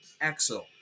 Axel